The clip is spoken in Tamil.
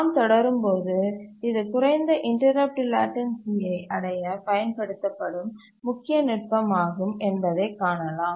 நாம் தொடரும்போது இது குறைந்த இன்டரப்ட் லேட்டன்சீயை அடைய பயன்படுத்தப்படும் முக்கிய நுட்பமாகும் என்பதைக் காணலாம்